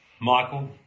Michael